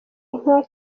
inka